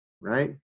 right